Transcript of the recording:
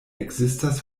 ekzistas